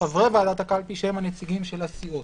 ומחברי ועדת הקלפי, שהם הנציגים של הסיעות.